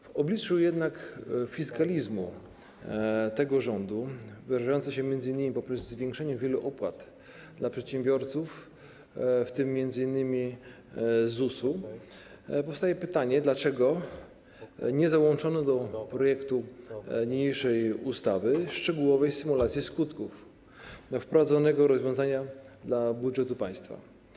Jednak w obliczu fiskalizmu tego rządu, co przejawia się m.in. poprzez zwiększenie wielu opłat dla przedsiębiorców, w tym m.in. ZUS-u, powstaje pytanie: Dlaczego nie załączono do projektu niniejszej ustawy szczegółowej symulacji skutków wprowadzonego rozwiązania dla budżetu państwa?